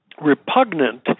repugnant